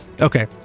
Okay